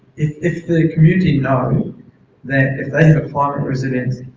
if if the community know that if they have a climate residence